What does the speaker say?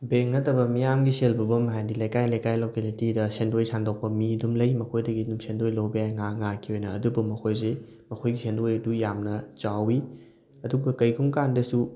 bank ꯅꯠꯇꯕ ꯃꯤꯌꯥꯝꯒꯤ ꯁꯦꯜ ꯄꯨꯐꯝ ꯍꯥꯏꯗꯤ ꯂꯩꯀꯥꯏ ꯂꯩꯀꯥꯏ ꯂꯣꯀꯦꯂꯤꯇꯤꯗ ꯁꯦꯟꯗꯣꯏ ꯁꯥꯟꯗꯣꯛꯄ ꯃꯤ ꯑꯗꯨꯝ ꯂꯩ ꯃꯈꯣꯏꯗꯒꯤ ꯑꯗꯨꯝ ꯁꯦꯟꯗꯣꯏ ꯂꯧꯕ ꯌꯥꯏ ꯉꯥꯏꯍꯥꯛ ꯉꯥꯏꯍꯥꯛꯀꯤ ꯑꯣꯏꯅ ꯑꯗꯨꯕꯨ ꯃꯈꯣꯏꯁꯤ ꯃꯈꯣꯏꯒꯤ ꯁꯦꯟꯗꯣꯏ ꯑꯗꯨ ꯌꯥꯝꯅ ꯆꯥꯎꯋꯤ ꯑꯗꯨꯒ ꯀꯔꯤꯒꯨꯝꯕ ꯀꯥꯟꯗꯁꯨ